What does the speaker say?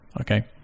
okay